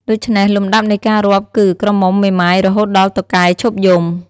ដូច្នេះ លំដាប់នៃការរាប់គឺ ក្រមុំ មេម៉ាយរហូតដល់តុកែឈប់យំ។